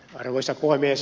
arvoisa puhemies